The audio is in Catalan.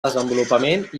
desenvolupament